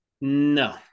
No